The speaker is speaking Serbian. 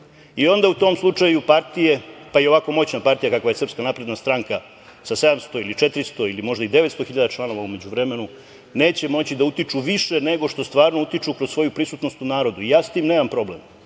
I onda, u tom slučaju, partije, pa i ovako moćna partija kakva je SNS sa 700 ili 400 ili možda i 900 hiljada članova u međuvremenu, neće moći da utiču više nego što stvarno utiču kroz svoju prisutnost u narodu. I ja sa tim nemam problem.